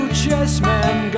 chessmen